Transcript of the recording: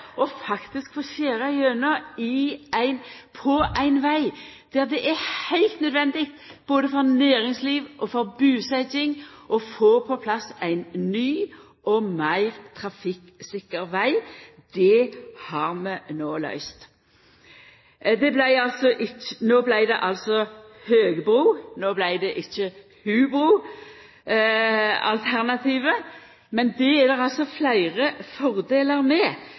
er heilt nødvendig, både for næringsliv og for busetjing, å få på plass ein ny og meir trafikksikker veg. Det har vi no løyst. No vart det altså høgbru – ikkje hubroalternativet – men det er det altså fleire fordelar med.